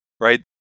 right